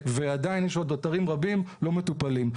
ועדיין יש עוד אתרים רבים לא מטופלים,